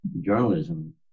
journalism